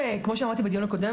כמו שאמרתי בדיון הקודם,